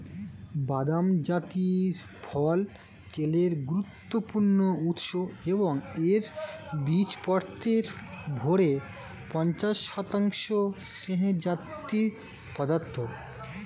বাদাম জাতীয় ফল তেলের গুরুত্বপূর্ণ উৎস এবং এর বীজপত্রের ভরের পঞ্চাশ শতাংশ স্নেহজাতীয় পদার্থ